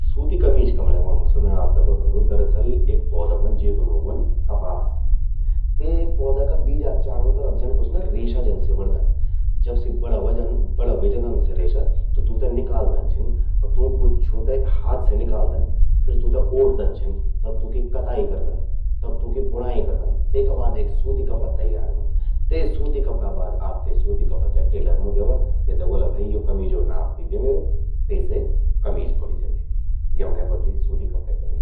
सूती कमीज कमण्यें बणौंण, स्वो मैं आपते बतौंदू। दरअसल, एक पौधा व्हंद जेकु नूं ह्वंद कपास। ते पौधा का बीजा चारों तरफ जन कुछ ना रेशा जनसि बणदन। जब से बणा वजंद, बड़ा ह्वे जंदन सी रेशा, तूंते निकालदन छिन। तूं गुच्छूं ते हाथ से निकलदन, फिर तूंते ओटदन छिन। तब तूंकि कताई करदन, तब तूंकि बुणाई करदन, तेका बाद एक सूती कपड़ा तैयार ह्वंद। ते सूती कपड़ा बाद आप ते सूती कपड़ा ते टेलर मूं द्यावा। तेता ब्वोला भई यो कमीजो नाप दी द्ये, तेसे कमीज बणि जंदि। यमण्यें बणदि सूती कपड़े कमीज।